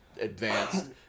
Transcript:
advanced